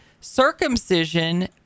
circumcision